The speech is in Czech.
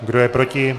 Kdo je proti?